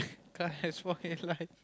car has white light